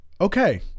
Okay